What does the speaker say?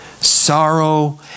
Sorrow